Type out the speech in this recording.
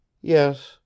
Yes